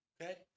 Okay